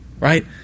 right